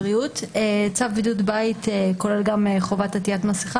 צו בידוד בית כולל גם חובת עטיית מסכות.